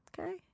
Okay